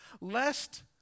lest